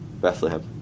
bethlehem